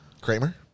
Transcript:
kramer